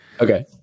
Okay